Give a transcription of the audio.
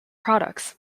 products